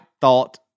thought